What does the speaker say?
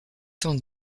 t’en